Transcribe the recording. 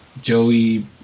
Joey